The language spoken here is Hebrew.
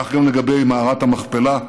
כך גם לגבי מערת המכפלה,